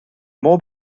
mhob